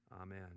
amen